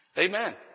Amen